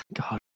God